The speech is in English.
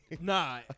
Nah